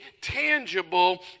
tangible